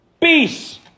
peace